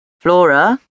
Flora